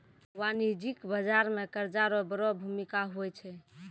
वाणिज्यिक बाजार मे कर्जा रो बड़ो भूमिका हुवै छै